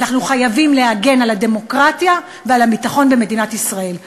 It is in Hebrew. ואנחנו חייבים להגן על הדמוקרטיה ועל הביטחון במדינת ישראל.